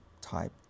type